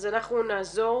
אז אנחנו נעזור